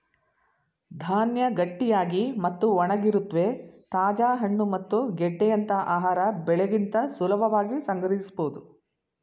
ಧಾನ್ಯ ಗಟ್ಟಿಯಾಗಿ ಮತ್ತು ಒಣಗಿರುತ್ವೆ ತಾಜಾ ಹಣ್ಣು ಮತ್ತು ಗೆಡ್ಡೆಯಂತ ಆಹಾರ ಬೆಳೆಗಿಂತ ಸುಲಭವಾಗಿ ಸಂಗ್ರಹಿಸ್ಬೋದು